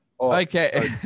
okay